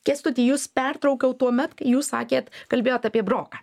kęstuti jus pertraukiau tuomet kai jūs sakėt kalbėjot apie broką